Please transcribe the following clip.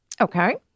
Okay